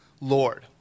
Lord